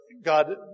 God